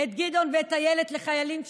את גדעון ואת אילת לחיילים שלך.